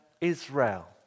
Israel